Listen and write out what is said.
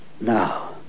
now